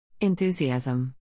Enthusiasm